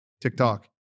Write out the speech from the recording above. TikTok